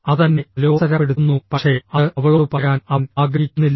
അത് തന്നെ അലോസരപ്പെടുത്തുന്നു പക്ഷേ അത് അവളോട് പറയാൻ അവൻ ആഗ്രഹിക്കുന്നില്ല